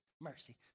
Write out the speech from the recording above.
mercy